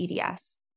EDS